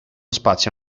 spazio